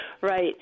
right